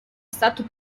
stato